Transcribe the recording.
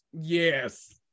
Yes